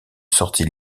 sortie